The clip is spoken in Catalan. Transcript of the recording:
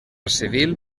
civil